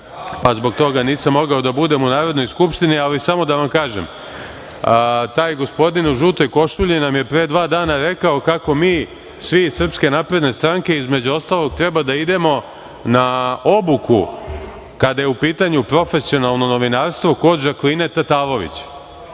pa zbog toga nisam mogao da budem u Narodnoj skupštini, ali samo da vam kažem, taj gospodin u žutoj košulji nam je pre dva dana rekao kako mi svi iz SNS između ostalog treba da idemo na obuku kada je u pitanju profesionalno novinarstvo kod Žakline Tatalović.